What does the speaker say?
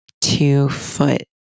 two-foot